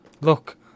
Look